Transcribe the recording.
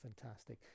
fantastic